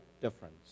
difference